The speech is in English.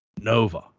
Nova